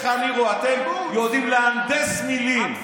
איך אתם יודעים להנדס מילים,